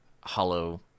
hollow